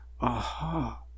aha